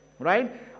Right